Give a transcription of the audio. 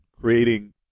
creating